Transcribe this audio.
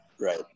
right